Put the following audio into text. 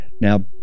Now